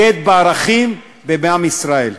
עכשיו אתה מבין למה אני אומר שהקבינט בוגד בערכים ובעם ישראל.